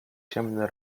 ciemne